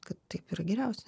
kad taip yra geriausia